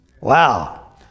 Wow